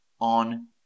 on